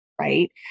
right